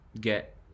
get